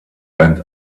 bent